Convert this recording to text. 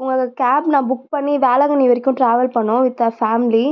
உங்களோட கேப் நான் புக் பண்ணி வேளாங்கண்ணி வரைக்கும் ட்ராவல் பண்ணோம் வித் அ ஃபேம்லி